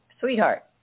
sweetheart